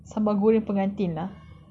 sambal goreng pengantin lah